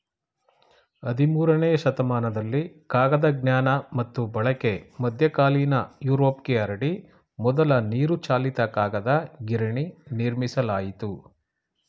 ಹದಿಮೂರನೇ ಶತಮಾನದಲ್ಲಿ ಕಾಗದ ಜ್ಞಾನ ಮತ್ತು ಬಳಕೆ ಮಧ್ಯಕಾಲೀನ ಯುರೋಪ್ಗೆ ಹರಡಿ ಮೊದಲ ನೀರುಚಾಲಿತ ಕಾಗದ ಗಿರಣಿ ನಿರ್ಮಿಸಲಾಯಿತು